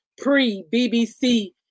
pre-BBC